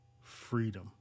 freedom